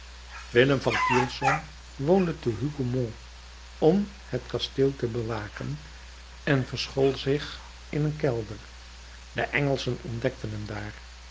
willem van kylsom woonde te hougomont om het kasteel te bewaken en verschool zich in een kelder de engelschen ontdekten hem